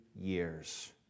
years